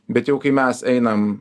bet jau kai mes einam